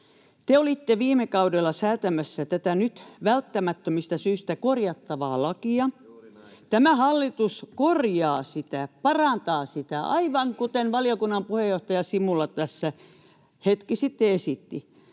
Te olitte viime kaudella säätämässä tätä nyt välttämättömistä syistä korjattavaa lakia. Tämä hallitus korjaa sitä, parantaa sitä, aivan kuten valiokunnan puheenjohtaja Simula tässä hetki sitten esitti.